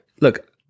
look